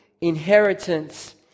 inheritance